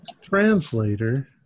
Translator